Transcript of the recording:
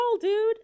dude